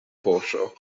poŝo